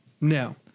No